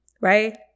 right